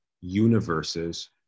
universes